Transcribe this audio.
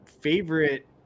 favorite